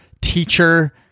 teacher